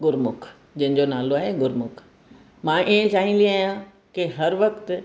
गुरमुख जंहिंजो नालो आहे गुरमुख मां इएं चाहींदी आहियां की हर वक़्तु